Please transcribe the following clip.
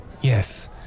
Yes